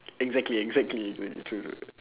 exactly exactly oh ya true true